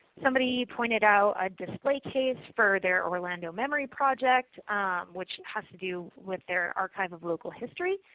somebody pointed out a display case for their orlando memory project which has to do with their archive of local history.